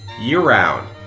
year-round